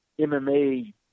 MMA